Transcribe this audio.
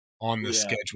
on-the-schedule